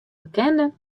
bekende